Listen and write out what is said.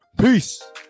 Peace